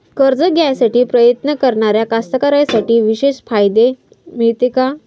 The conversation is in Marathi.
कर्ज घ्यासाठी प्रयत्न करणाऱ्या कास्तकाराइसाठी विशेष फायदे मिळते का?